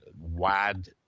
wide